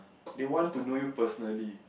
they want to know you personally